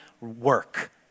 work